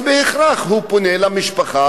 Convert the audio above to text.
אז בהכרח הוא פונה למשפחה,